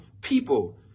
people